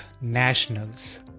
nationals